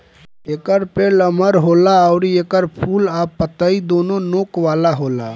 एकर पेड़ लमहर होला अउरी एकर फूल आ पतइ दूनो नोक वाला होला